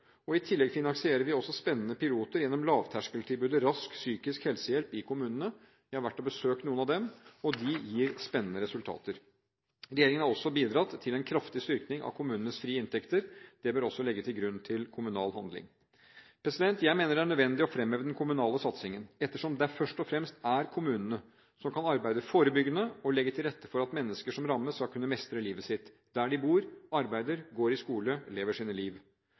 I tillegg finansierer vi spennende piloter gjennom et lavterskeltilbud, Rask psykisk helsehjelp, i kommunene – jeg har vært og besøkt noen av dem – og det gir spennende resultater. Regjeringen har også bidratt til en kraftig styrking av kommunenes frie inntekter. Det bør også ligge til grunn for kommunal handling. Jeg mener det er nødvendig å fremheve den kommunale satsingen, ettersom det først og fremst er kommunene som kan arbeide forebyggende og legge til rette for at mennesker som rammes, skal kunne mestre livet sitt der de bor, arbeider, går på skole – lever sitt liv.